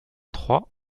trois